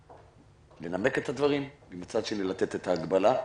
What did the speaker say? צריך לנמק את הדברים ומצד שני לתת את ההגבלה.